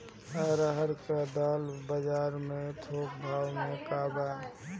अरहर क दाल बजार में थोक भाव का बा?